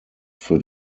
für